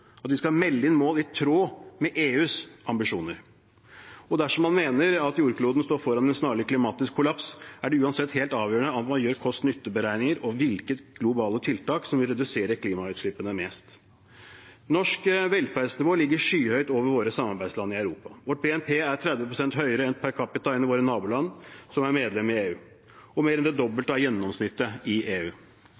at vi skal melde inn mål i tråd med EUs ambisjoner. Dersom man mener at jordkloden står foran en snarlig klimatisk kollaps, er det uansett helt avgjørende at man gjør kost–nytte-beregninger av hvilke globale tiltak som vil redusere klimautslippene mest. Norsk velferdsnivå ligger skyhøyt over våre samarbeidsland i Europa. Vår BNP er 30 pst. høyere per capita enn i våre naboland som er medlem i EU, og mer enn det